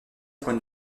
point